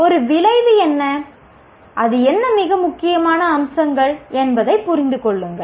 ஒரு விளைவு என்ன அது என்ன மிக முக்கியமான அம்சங்கள் என்பதைப் புரிந்து கொள்ளுங்கள்